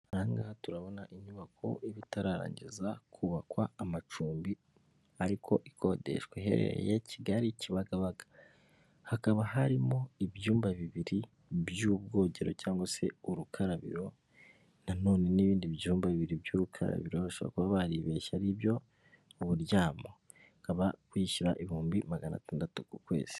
Ahangaha turabona inyubako ibi itararangiza kubakwa amacumbi ariko ikodeshwa, iherereye Kigali Kibagabaga. Hakaba harimo ibyumba bibiri by'ubwogero cyangwa se urukarabiro, na none n'ibindi byumba bibiri by'urukarabiro bashobora kuba baribeshye ari ibyo uburyamo. Ukaba wishyura ibihumbi magana atandatu ku kwezi.